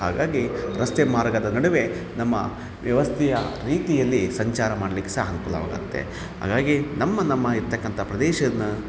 ಹಾಗಾಗಿ ರಸ್ತೆ ಮಾರ್ಗದ ನಡುವೆ ನಮ್ಮ ವ್ಯವಸ್ಥೆಯ ರೀತಿಯಲ್ಲಿ ಸಂಚಾರ ಮಾಡ್ಲಿಕ್ಕೆ ಸಹ ಅನುಕೂಲವಾಗತ್ತೆ ಹಾಗಾಗಿ ನಮ್ಮ ನಮ್ಮ ಇರ್ತಕ್ಕಂಥ ಪ್ರದೇಶನ್ನ